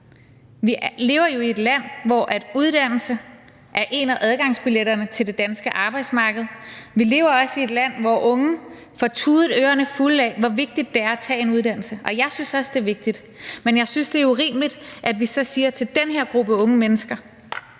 Vi lever jo i et land, hvor uddannelse er en af adgangsbilletterne til det danske arbejdsmarked; vi lever også i et land, hvor unge får tudet ørerne fulde af, hvor vigtigt det er at tage en uddannelse – og jeg synes også, det er vigtigt. Men jeg synes, det er urimeligt, at vi så siger til den her gruppe unge mennesker,